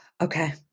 Okay